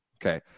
Okay